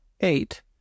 eight